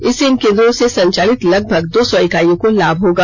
इससे इन केंद्रों से संचालित लगभग दो सौ इकाइयों को लाभ होगा